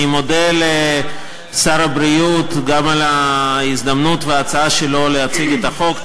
אני מודה לשר הבריאות גם על ההזדמנות וההצעה שלו להציג את החוק,